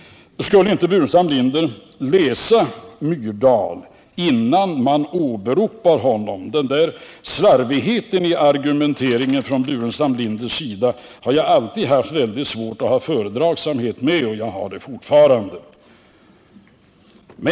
Skulle inte herr Burenstam Linder först läsa Gunnar Myrdal, innan han åberopar honom? Den där slarvigheten i herr Burenstam Linders argumentering har jag alltid haft väldigt svårt att ha fördragsamhet med, och jag har det fortfarande.